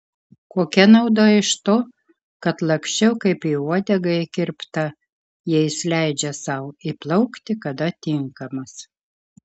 kokia nauda iš to kad laksčiau kaip į uodegą įkirpta jei jis leidžia sau įplaukti kada tinkamas